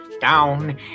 down